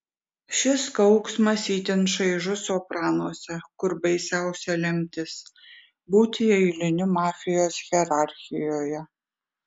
šis kauksmas itin šaižus sopranuose kur baisiausia lemtis būti eiliniu mafijos hierarchijoje